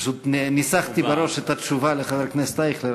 פשוט ניסחתי בראש את התשובה לחבר הכנסת אייכלר,